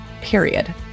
period